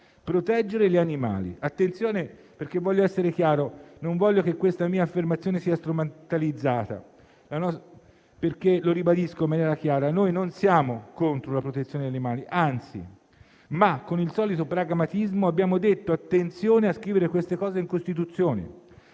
protegge gli animali?